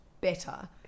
better